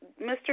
Mr